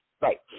right